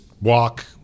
walk